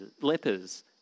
lepers